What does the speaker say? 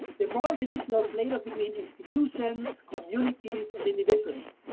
the moral division of labor between institutions, communities, and individuals?